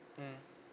mmhmm